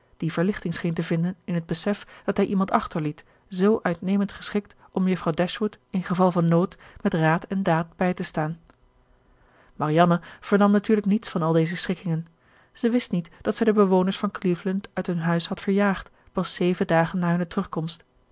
die verlichting scheen te vinden in het besef dat hij iemand achterliet zoo uitnemend geschikt om juffrouw dashwood in geval van nood met raad en daad bij te staan marianne vernam natuurlijk niets van al deze schikkingen zij wist niet dat zij de bewoners van cleveland uit hun huis had verjaagd pas zeven dagen na hunne terugkomst